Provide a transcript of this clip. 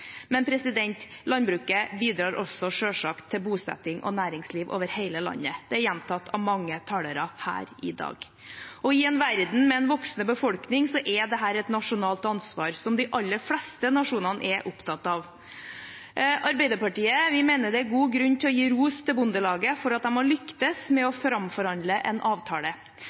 Men landbruket bidrar også selvsagt til bosetting og næringsliv over hele landet. Det er gjentatt av mange talere her i dag. I en verden med en voksende befolkning er dette et nasjonalt ansvar, som de aller fleste nasjonene er opptatt av. Arbeiderpartiet mener det er god grunn til å gi ros til Bondelaget for at de har lyktes med å framforhandle en avtale,